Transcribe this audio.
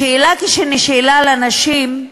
השאלה שנשאלו הנשים,